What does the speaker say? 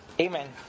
Amen